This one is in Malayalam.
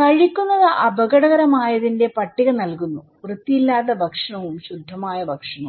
കഴിക്കുന്നത് അപകടകരമായതിന്റെ പട്ടിക നൽകുന്നു വൃത്തിയില്ലാത്ത ഭക്ഷണവും ശുദ്ധമായ ഭക്ഷണവും